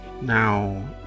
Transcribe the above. Now